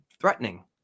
threatening